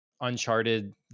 Uncharted